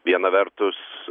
viena vertus